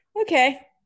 Okay